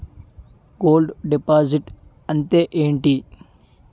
Gold deposit అంతే ఎంటి?